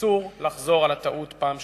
אסור לחזור על הטעות פעם שלישית.